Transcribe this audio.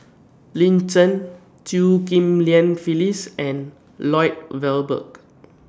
Lin Chen Chew Ghim Lian Phyllis and Lloyd Valberg